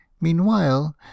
Meanwhile